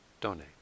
donate